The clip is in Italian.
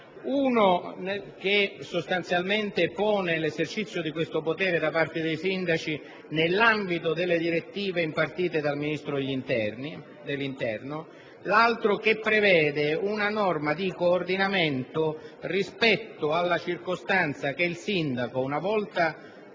urbana. Il primo pone l'esercizio di questo potere da parte dei sindaci nell'ambito delle direttive impartite dal Ministro dell'interno; il secondo prevede una norma di coordinamento rispetto alla circostanza che il sindaco, una volta emanata